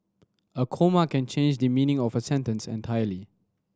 a comma can change the meaning of a sentence entirely